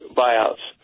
buyouts